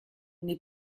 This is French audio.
n’est